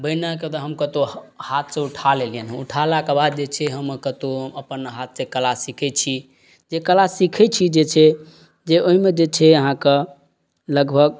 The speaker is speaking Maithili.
बहिनाके तऽ हम कतौ हाथ सऽ उठा लेलियनि हँ उठा लए कऽ बाद जे छै हम कतौ अपन हाथसे कला सीखै छी जे कला सीखै छी जे छै जे ओहिमे जे छै आहाँके लगभग